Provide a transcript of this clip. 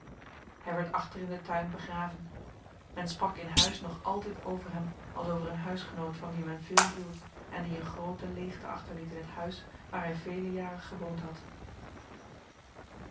hij werd achter in den tuin begraven men sprak in huis nog altijd over hem als over een huisgenoot van wien men veel hield en die een groote leegte achterliet in het huis waar hij vele jaren gewoond had